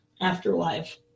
afterlife